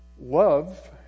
Love